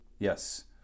Yes